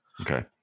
Okay